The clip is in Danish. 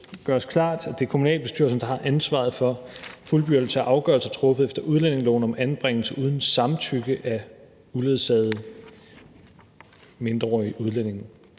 det gøres klart, at det er kommunalbestyrelsen, der har ansvaret for fuldbyrdelsen af afgørelser truffet efter udlændingeloven om anbringelse uden samtykke af uledsagede mindreårige udlændinge,